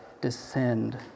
descend